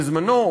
בזמנו,